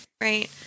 Right